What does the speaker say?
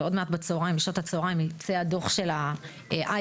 ועוד מעט בשעות הצהריים יצא הדו"ח של ה-IPPC,